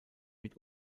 mit